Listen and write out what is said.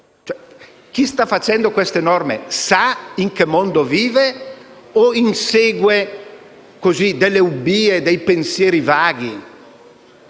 Chi sta facendo queste norme sa in che mondo vive o insegue delle ubbie e dei pensieri vaghi?